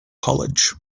college